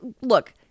look